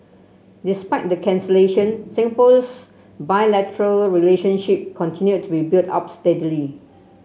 despite the cancellation Singapore's bilateral relationship continued to be built up steadily